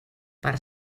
per